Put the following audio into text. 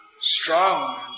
strong